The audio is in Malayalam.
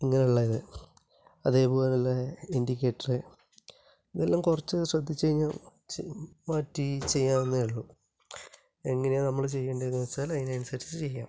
അങ്ങനെയുള്ള ഇത് അതേപോലെ തന്നെ ഇന്ഡിക്കേറ്ററ് ഇതെല്ലാം കുറച്ച് ശ്രദ്ധിച്ചു കഴിഞ്ഞാൽ മാറ്റി ചെയ്യാവുന്നതേ ഉള്ളൂ എങ്ങനെയാണ് നമ്മൾ ചെയ്യേണ്ടതെന്ന് വച്ചാല് അതിനനുസരിച്ച് ചെയ്യുക